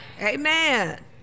amen